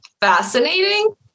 fascinating